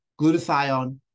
glutathione